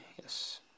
Yes